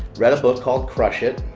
read a book called crush it!